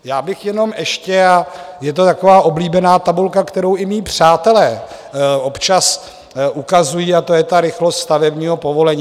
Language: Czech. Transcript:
Já bych jenom ještě a je to taková oblíbená tabulka, kterou i mí přátelé občas ukazují, a to je ta rychlost stavebního povolení.